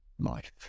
life